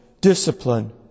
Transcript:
discipline